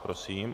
Prosím.